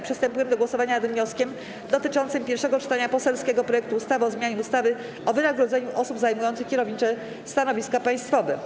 Przystępujemy do głosowania nad wnioskiem dotyczącym pierwszego czytania poselskiego projektu ustawy o zmianie ustawy o wynagrodzeniu osób zajmujących kierownicze stanowiska państwowe.